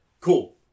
cool